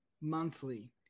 monthly